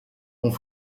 ont